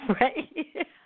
Right